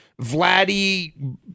Vladdy